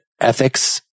ethics